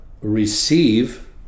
receive